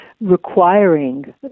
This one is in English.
requiring